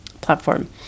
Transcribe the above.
platform